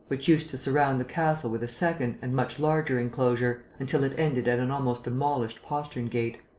which used to surround the castle with a second and much larger enclosure, until it ended at an almost demolished postern-gate.